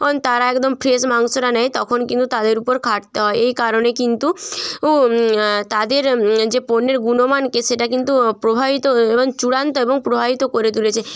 on তারা একদম fresh মাংসটা নেয় তখন কিন্তু তাদের উপর খাটতে হয় এই কারণে কিন্তু তাদের যে পণ্যের গুণমানকে সেটা কিন্তু প্রভাবিত এএবং চূড়ান্ত এবং প্রভাবিত করে তুলেছে